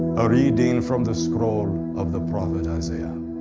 a reading from the scroll of the prophet isaiah.